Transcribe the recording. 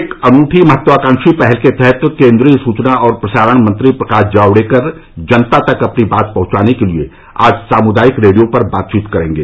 एक अनूठी महत्वाकांक्षी पहल के तहत केन्द्रीय सूचना और प्रसारण मंत्री प्रकाश जावड़ेकर जनता तक अपनी बात पहुंचाने के लिए आज सामुदायिक रेडियो पर बातचीत करेंगे